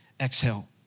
exhale